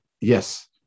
Yes